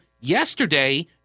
yesterday